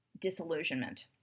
disillusionment